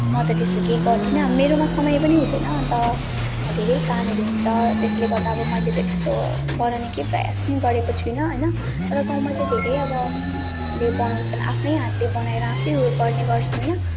म त त्यस्तो केही गर्दिनँ मेरोमा समय पनि हुँदैन अन्त धेरै कामहरू हुन्छ त्यसैले गर्दा अब मैले त त्यस्तो बनाउने केही प्रयास पनि गरेको छुइनँ होइन तर गाउँमा चाहिँ धेरै अब ले बनाउँछन् आफ्नै हातले बनाएर आफै उयो गर्ने गर्छन् होइन